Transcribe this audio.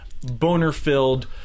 Boner-filled